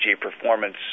performance